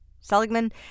Seligman